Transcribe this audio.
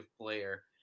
player